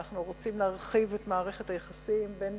אנחנו רוצים להרחיב את מערכת היחסים בין